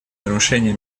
нарушения